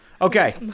Okay